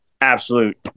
absolute